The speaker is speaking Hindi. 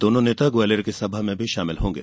दोनों नेता ग्वालियर की सभा में भी शामिल होंगे